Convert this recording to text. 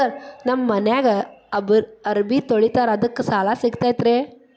Sir ನಮ್ಮ ಮನ್ಯಾಗ ಅರಬಿ ತೊಳಿತಾರ ಅದಕ್ಕೆ ಸಾಲ ಸಿಗತೈತ ರಿ?